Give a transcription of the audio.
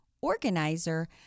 organizer